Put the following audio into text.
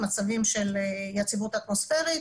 מצבים של יציבות אטמוספרית